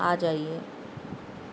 آ جائیے